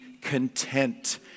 content